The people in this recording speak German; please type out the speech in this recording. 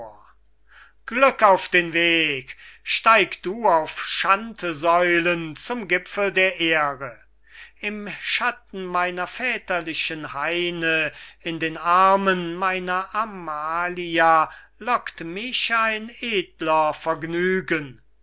glück auf den weg steig du auf schandsäulen zum gipfel des ruhms im schatten meiner väterlichen haine in den armen meiner amalia lockt mich ein edler vergnügen